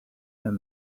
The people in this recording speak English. and